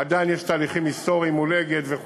עדיין יש תהליכים היסטוריים מול "אגד" וכו'.